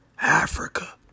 Africa